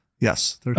Yes